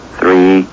three